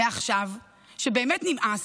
מעכשיו, כשבאמת נמאס,